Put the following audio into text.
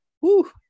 Woo